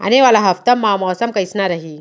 आने वाला हफ्ता मा मौसम कइसना रही?